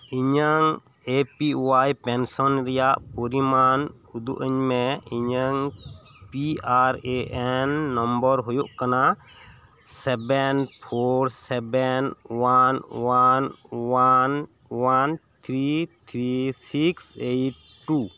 ᱤᱧᱟᱹᱜ A P Y pension ᱨᱮᱭᱟᱜ ᱯᱚᱨᱤᱢᱟᱱ ᱩᱫᱩᱜ ᱟᱹᱧ ᱢᱮ ᱤᱧᱟᱹᱜ P R A N N number ᱦᱩᱭᱩᱜ ᱠᱟᱱᱟ seven four seven one one one one three three six eight two